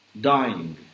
dying